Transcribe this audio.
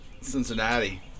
Cincinnati